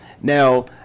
Now